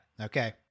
okay